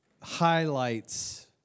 highlights